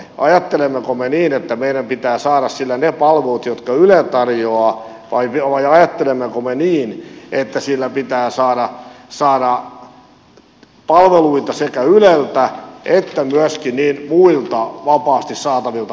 ajattelemmeko me niin että meidän pitää saada sillä ne palvelut jotka yle tarjoaa vai ajattelemmeko me niin että sillä pitää saada palveluita sekä yleltä että myöskin niiltä muilta vapaasti saatavilta kanavilta